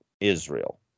Israel